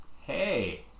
Hey